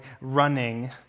running